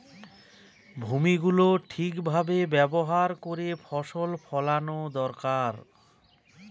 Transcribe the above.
ভূমি গুলো ঠিক ভাবে ব্যবহার করে ফসল ফোলানো দরকার